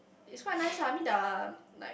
is quite nice ah I mean they are like